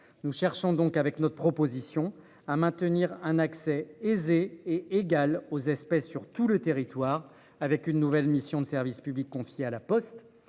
Nous cherchons donc avec notre proposition à maintenir un accès aisé et égale aux espèces sur tout le territoire avec une nouvelle mission de service public confiées à la Poste